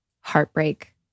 heartbreak